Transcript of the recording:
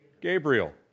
Gabriel